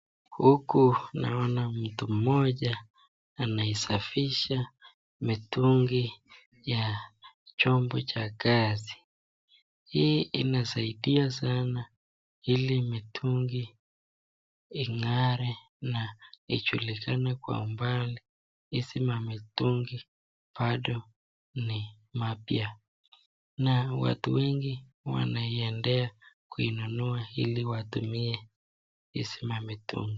Huku naona mtu moja anaisafisha mitungi ya chombo cha kazi, hii inasaidia sana hili mitungi ingare na ijulikane kwa mbali, hizi mamitungi pado ni mapya, na watu wengi wanaendea kununua hili watumie hizi mamitungi.